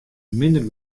minder